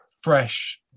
fresh